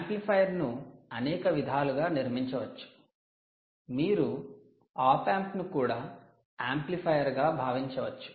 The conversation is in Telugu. యాంప్లిఫైయర్ ను అనేక విధాలుగా నిర్మించవచ్చు మీరు 'ఆప్ ఆంప్' 'op amp' ను కూడా యాంప్లిఫైయర్ గా భావించవచ్చు